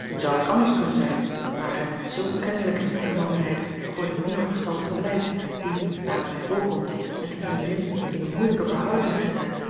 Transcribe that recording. hoe zou het anders kunnen zijn waar gij met zoo kennelijke ingenomenheid voor de juno gestalte pleit die naar het mij voorkomt met die vriendin in een moeilijke verhouding is geraakt